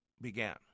began